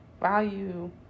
value